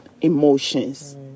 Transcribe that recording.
emotions